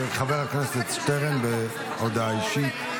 חבר הכנסת שטרן בהודעה אישית.